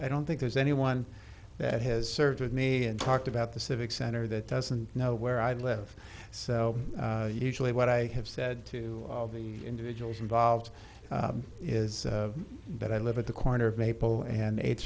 don't think there's anyone that has served with me and talked about the civic center that doesn't know where i live so usually what i have said to the individuals involved is that i live at the corner of maple and eighth